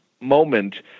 moment